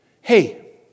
hey